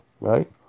Right